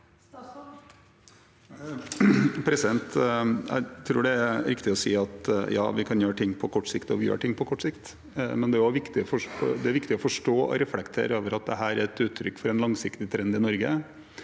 Jeg tror det er riktig å si at ja, vi kan gjøre ting på kort sikt, og vi gjør ting på kort sikt, men det er viktig å forstå og reflektere over at dette er et uttrykk for en langsiktig trend i Norge,